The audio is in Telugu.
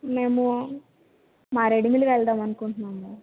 మేము మారేడిమిల్లి వెళ్దాం అనుకుంటున్నాము